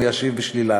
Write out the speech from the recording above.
הוא ישיב בשלילה,